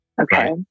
Okay